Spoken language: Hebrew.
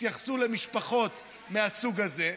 התייחסו למשפחות מהסוג הזה.